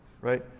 Right